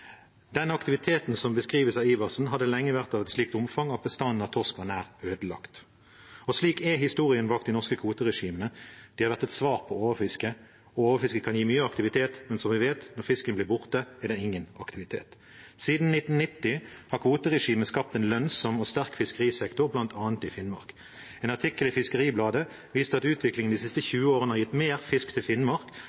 Den aktiviteten som beskrives av Adelsten Iversen, hadde lenge vært av et slikt omfang at bestanden av torsk var nær ødelagt. Og slik er historien bak de norske kvoteregimene; de har vært et svar på overfiske. Overfiske kan gi mye aktivitet, men som vi vet: Når fisken blir borte, er det ingen aktivitet. Siden 1990 har kvoteregimet skapt en lønnsom og sterk fiskerisektor, bl.a. i Finnmark. En artikkel i Fiskeribladet viste at utviklingen de siste